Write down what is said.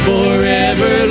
Forever